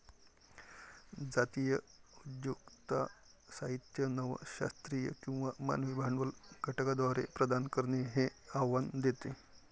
जातीय उद्योजकता साहित्य नव शास्त्रीय किंवा मानवी भांडवल घटकांद्वारे प्रदान करणे हे आव्हान देते